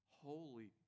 Holy